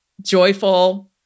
joyful